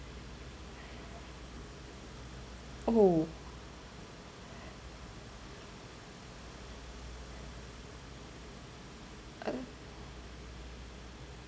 oh uh